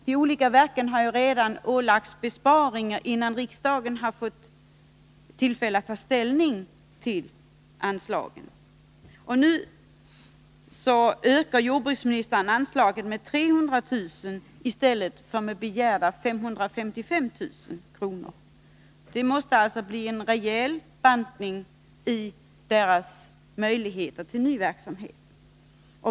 De olika verken har ålagts besparingar redan innan riksdagen har fått tillfälle att ta ställning till anslaget. Nu ökar jordbruksministern på anslaget med 300 000 kr. i stället för med begärda 555 000 kr. Det måste alltså bli en rejäl bantning i verkets möjligheter till ny verksamhet.